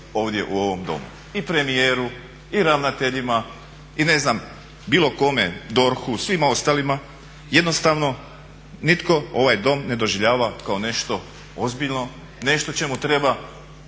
ovdje u ovom domu, i premijeru i ravnateljima i ne znam bilo kome, DORH-u, svima ostalima. Jednostavno nitko ovaj dom ne doživljava kao nešto ozbiljno, nešto čemu treba